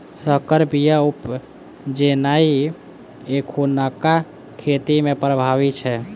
सँकर बीया उपजेनाइ एखुनका खेती मे प्रभावी छै